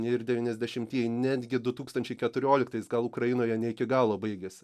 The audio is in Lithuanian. ir devyniasdešimtieji netgi du tūkstančiai keturioliktais gal ukrainoje ne iki galo baigėsi